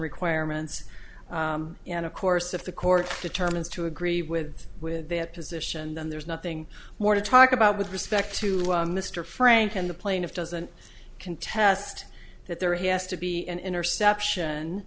requirements and of course if the court determines to agree with with that position then there's nothing more to talk about with respect to mr franken the plaintiff doesn't contest that there has to be an interception